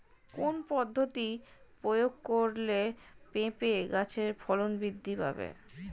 কোন পদ্ধতি প্রয়োগ করলে পেঁপে গাছের ফলন বৃদ্ধি পাবে?